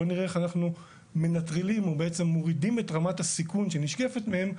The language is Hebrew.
בוא נראה איך אנחנו מנטרלים או בעצם מורידים את רמת הסיכון שנשקפת מהם.